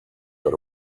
got